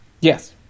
yes